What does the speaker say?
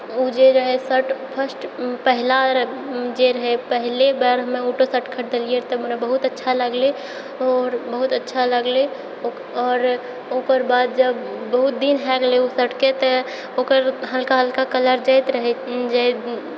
ऊ जे रहै शर्ट फर्स्ट पहिला जे रहै पहिले बारमे ओ शर्ट खरीदलियै तऽ बहुत अच्छा लगलै आओर बहुत अच्छा लगलै ओकर बाद जब बहुत दिन भए गेलै ओ शर्टके तऽ ओकर हल्का हल्का कलर जाइत रहै जे